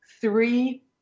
three